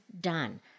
done